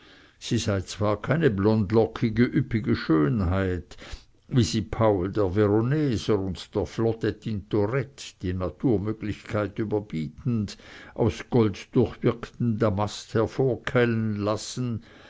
sie sei zwar keine blondlockige üppige schönheit wie sie paul der veroneser und der flotte tintorett die naturmöglichkeit überbietend aus golddurchwirktem damaste hervorquellen lassen